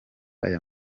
aya